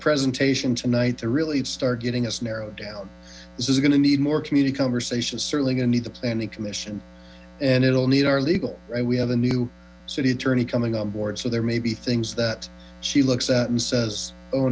presentation tonight to really start getting us narrowed down this is going to need more community conversations certainly going to need the planning commission and it will need our legal right we have a new city attorney coming on board so there may be things that she looks at and says oh